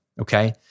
okay